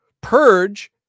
Purge